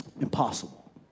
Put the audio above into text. impossible